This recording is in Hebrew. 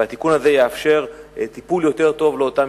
והתיקון הזה יאפשר טיפול יותר טוב לאותם